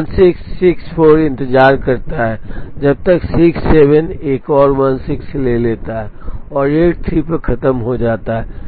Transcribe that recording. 1664 इंतज़ार करता है जब तक 67 एक और 16 ले लेता है और 83 पर खत्म हो जाता है